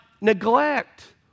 neglect